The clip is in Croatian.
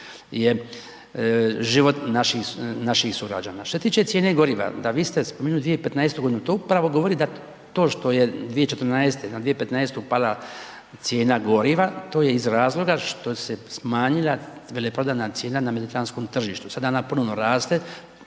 je život naših sugrađana. Što se tiče cijene goriva, da, vi ste spomenuli 2015. g., to upravo govori da to što je 2014. na 2015. pala cijena goriva, to je iz razloga što se smanjila veleprodajna cijena na mediteranskom tržištu, sada ona ponovno raste,